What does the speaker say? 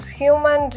human